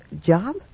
job